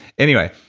anyway